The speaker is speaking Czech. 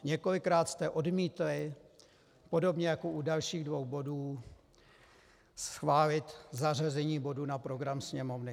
Několikrát jste odmítli, podobně jako u dalších dvou bodů, schválit zařazení bodu na program Sněmovny.